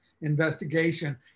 investigation